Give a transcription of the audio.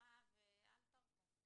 אל תרפו.